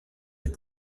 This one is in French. des